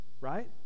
right